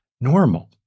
normal